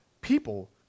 people